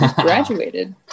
Graduated